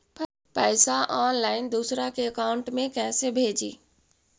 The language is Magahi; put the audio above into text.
पैसा ऑनलाइन दूसरा के अकाउंट में कैसे भेजी?